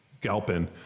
Galpin